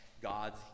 god's